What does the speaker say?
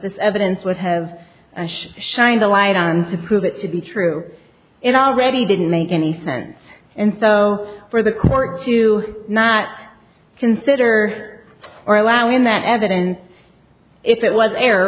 this evidence would have shined the light on to prove it to be true it already didn't make any sense and so for the court to not consider or allow in that evidence if it was